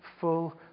full